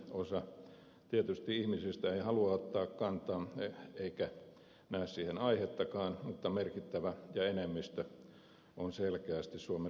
osa ihmisistä tietysti ei halua ottaa kantaa eikä näe siihen aihettakaan mutta merkittävä osa ja enemmistö on selkeästi suomen liittymistä vastaan